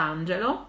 Angelo